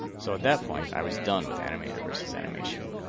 so at that point i was done with animator vs. animation.